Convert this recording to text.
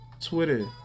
Twitter